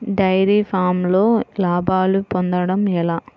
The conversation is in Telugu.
డైరి ఫామ్లో లాభాలు పొందడం ఎలా?